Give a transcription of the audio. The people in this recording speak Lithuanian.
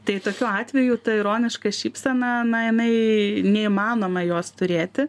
tai tokiu atveju ta ironiška šypsena na jinai neįmanoma jos turėti